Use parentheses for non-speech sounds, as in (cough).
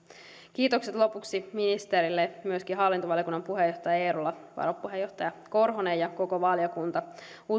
kiitokset lopuksi ministerille ja myöskin hallintovaliokunnan puheenjohtaja eerolalle varapuheenjohtaja (unintelligible) korhoselle ja koko valiokunnalle